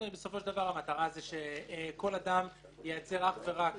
בסופו של דבר המטרה שכל אדם ייצר אך ורק